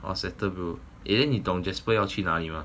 all settle bro eh then 你懂 jasper 要去哪里 mah